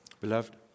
beloved